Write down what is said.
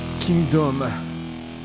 Kingdom